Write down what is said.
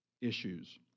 issues